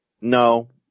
No